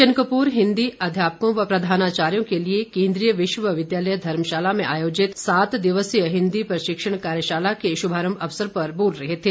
किशन कपूर हिंदी अध्यापकों व प्रधानाचार्यों के लिए कोन्द्रीय विश्वविद्यालय धर्मशाला में आयोजित सात दिवसीय हिंदी प्रशिक्षण कार्यशाला के शुभारम्भ अवसर पर बोल रहे थे